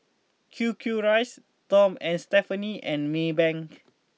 Q Q rice Tom and Stephanie and Maybank